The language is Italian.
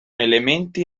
elementi